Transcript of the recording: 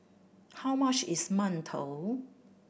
how much is mantou